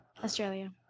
Australia